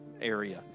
area